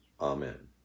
Amen